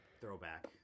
Throwback